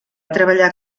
treballar